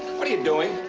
what are you doing?